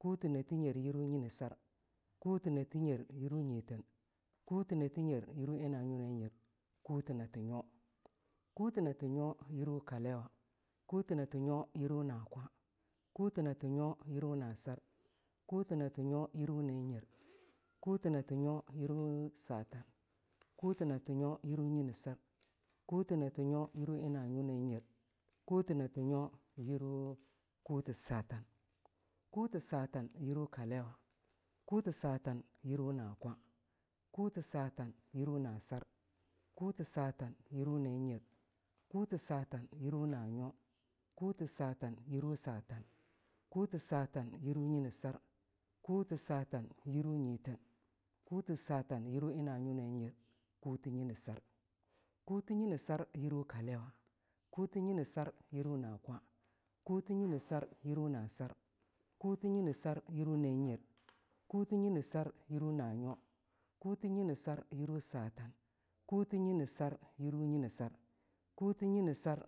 kulewo kute nyinesar a yirwu satan kulawo kute nyinessar a yirwu nyiteen kute nate nyer yirwu na nyo nayer kute nati nyo yirwu kaliwa kute nati nyo yirwu na kwa kute nati nyo yirasu nasar kute nati nyo yirwu na nyer kati nsti nyo yirwu satan kute nati nyo yirwu nyinaser kute na ti nyo yirwu nyinesar kute nati nyo yirwu na nyo nanger kute nati nyo yirwu kute satankute satan yirwu kaliwa kute satan yirwu na kwa kute satan yirwu nasar kute satan yirwu na nyer kute satan yirwu na nyokute satan yirwu satan kute satan yirwu nyinesar kute satan yirwu nyo na nyer kute nyinesar kute nyinesar yirwu kaliwa kute nyinesar yirwu kwa kute nyinesar yirwu na nyo kute nyinessar yirwu satan kute nyinesar yirwu nyiteen kute nyinesar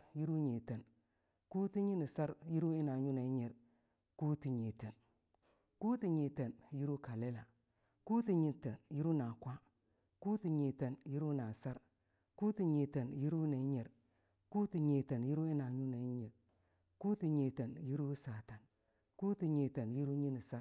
yirwu na nyo na nyer kute nyinesar yirwu nyinesar kute nyinesar yirwu nyiteen kute nyiteen yirwu na kwa kute nyiteen yirwu nasar kute nyiteen yirwu na kute nyiteen yirwu satan kute nyiteen yirwu nyinesar